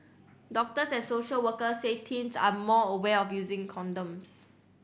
doctors and social workers say teens are also more aware using condoms